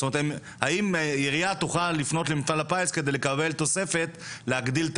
זאת אומרת האם עירייה תוכל לפנות למפעל הפיס כדי לקבל תוספת להגדיל את